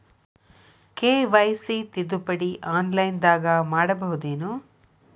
KYC ತಿದ್ದುಪಡಿ ಆನ್ಲೈನದಾಗ್ ಮಾಡ್ಬಹುದೇನು?